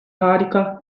harika